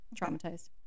Traumatized